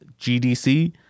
GDC